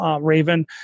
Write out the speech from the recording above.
Raven